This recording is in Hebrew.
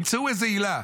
ימצאו איזו עילה,